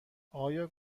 آیا